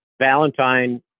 Valentine